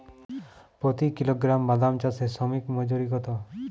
প্রতি কিলোগ্রাম বাদাম চাষে শ্রমিক মজুরি কত?